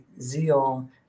zeal